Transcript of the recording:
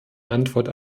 antwort